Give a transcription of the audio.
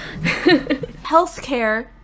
Healthcare